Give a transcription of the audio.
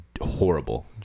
horrible